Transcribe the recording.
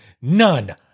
None